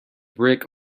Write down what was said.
brick